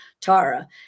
Tara